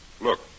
Look